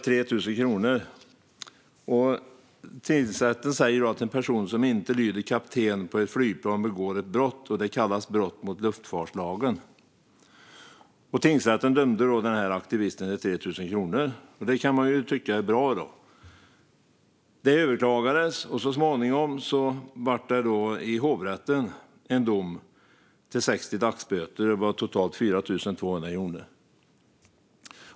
Tingsrätten säger att en person som inte lyder kaptenen på ett flygplan begår ett brott som kallas brott mot luftfartslagen, och aktivisten dömdes till 3 000 kronor i böter. Det kan man ju tycka är bra. Denna dom överklagades, och så småningom kom det i hovrätten en dom till 60 dagsböter, totalt 4 200 kronor.